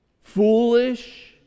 foolish